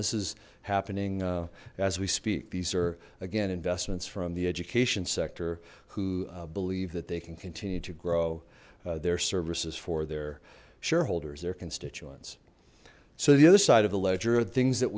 this is happening as we speak these are again investments from the education sector who believe that they can continue to grow their services for their shareholders their constituents so the other side of the ledger of things that